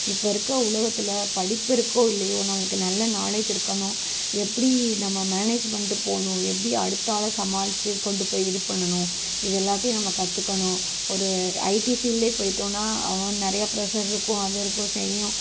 இப்போ இருக்க உலகத்தில் படிப்பு இருக்கோ இல்லையோ நம்மளுக்கு நல்ல நாலேஜ் இருக்கணும் எப்படி நம்ம மேனேஜ் பண்ணிட்டு போகணும் எப்படி அடுத்த ஆளை சமாளிச்சு கொண்டுப்போய் இது பண்ணணும் இதெல்லாத்தையும் நம்ம கற்றுக்கணும் ஒரு ஐடி ஃபீல்ட்லையே போய்ட்டோன்னா அவன் நிறையா ஃப்ரெஷ்ஷர் இருக்கும் அது இருக்கும் செய்யும்